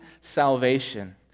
salvation